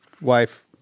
Wife